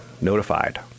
notified